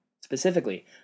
specifically